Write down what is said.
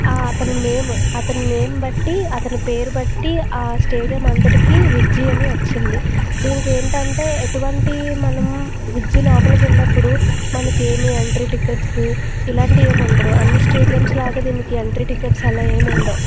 ఆ అతని నేమ్ అతని నేమ్ బట్టి అతని పేరు బట్టి ఆ స్టేడియం అంతటికి విజ్జి అని వచ్చింది దీనికి ఏమిటంటే ఎటువంటి మనం విజ్జి లోపలికి వెళ్ళినప్పుడు మనకి ఏమి ఎంట్రీ టికెట్స్ ఇలాంటివి ఏమి ఉండదు అన్నిస్టేడియమ్స్ లాగా దీనికి ఎంట్రీ టికెట్స్ అలా ఏం ఉండవు